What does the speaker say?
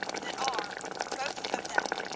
that are, both of them,